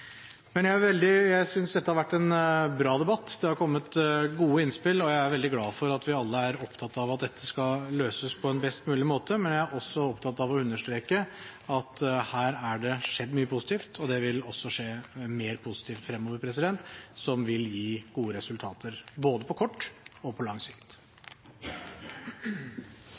Jeg synes dette har vært en bra debatt. Det har kommet gode innspill. Jeg er veldig glad for at vi alle er opptatt av at dette skal løses på en best mulig måte, men jeg er også opptatt av å understreke at her er det skjedd mye positivt. Det vil også skje mer positivt fremover, som vil gi gode resultater, både på kort og på lang sikt.